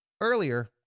Earlier